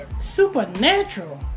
Supernatural